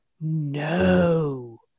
no